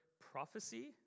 prophecy